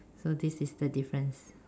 so this is the difference